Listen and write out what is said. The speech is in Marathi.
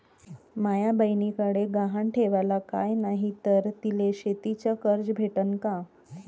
माया बयनीकडे गहान ठेवाला काय नाही तर तिले शेतीच कर्ज भेटन का?